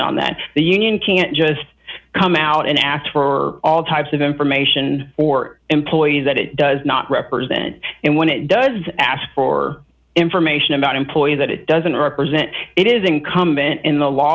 that the union can't just come out and ask for all types of information or employers that it does not represent and when it does ask for information about employees that it doesn't represent it is incumbent in the law